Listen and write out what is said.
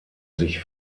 sich